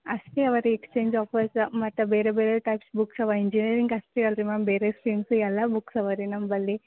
ಅಷ್ಟೆ ಅವೆ ರೀ ಎಕ್ಸ್ಚೇಂಜ್ ಆಫರ್ಸ್ ಮತ್ತು ಬೇರೆ ಬೇರೆ ಟೈಪ್ಸ್ ಬುಕ್ಸ್ ಅವೆ ಇಂಜಿನಿಯರಿಂಗ್ ಅಷ್ಟೆ ಅಲ್ಲ ರೀ ಮ್ಯಾಮ್ ಬೇರೆ ಸ್ಟ್ರೀಮ್ಸು ಎಲ್ಲ ಬುಕ್ಸ್ ಅವೆ ರೀ ನಮ್ಮಲ್ಲಿ